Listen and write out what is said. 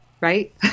right